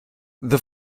the